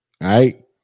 right